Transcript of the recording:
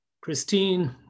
Christine